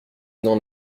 n’en